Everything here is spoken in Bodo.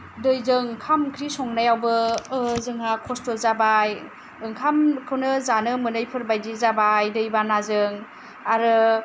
दैजों ओंखाम ओंख्रि संनायावबो जोंहा खस्थ' जाबाय ओंखामखौनो जानो मोनैफोर बादि जाबाय दैबानाजों आरो